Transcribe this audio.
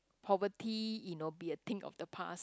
poverty you know be a thing of the past